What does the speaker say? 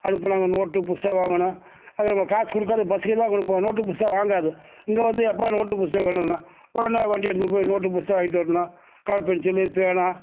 அனுப்பினா அங்கே நோட்டு புஸ்தகம் வாங்கணும் அது நம்ம காசு கொடுக்கறது பஸ்ஸுக்கு தான் கொடுப்போம் நோட்டு புஸ்தகம் வாங்காது இங்கே வந்து அப்பா நோட்டு புஸ்தகம் வேணுங்கும் உடனே வண்டியை எடுத்துகிட்டு போய் நோட்டு புஸ்தகம் வாங்கிகிட்டு வரணும் கலர் பென்சிலு பேனா